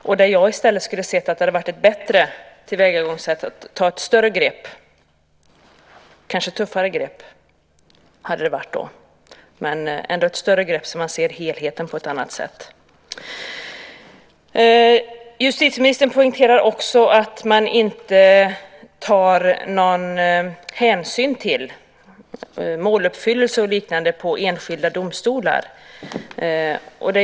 Jag skulle hellre i stället ha sett att det hade varit ett bättre tillvägagångssätt att ta ett större grepp - kanske hade det då varit ett tuffare grepp - så att man ser helheten på ett annat sätt. Justitieministern poängterar också att man inte tar någon hänsyn till måluppfyllelse och liknande på enskilda domstolar.